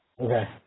Okay